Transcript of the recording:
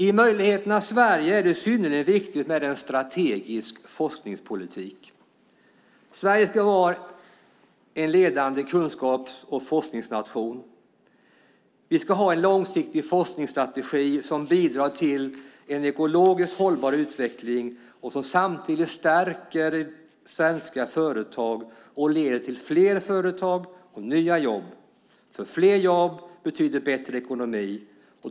I möjligheternas Sverige är det synnerligen viktigt med en strategisk forskningspolitik. Sverige ska vara en ledande kunskaps och forskningsnation. Vi ska ha en långsiktig forskningsstrategi som bidrar till en ekologiskt hållbar utveckling och som samtidigt stärker svenska företag och leder till fler företag och nya jobb. Fler jobb betyder bättre ekonomi.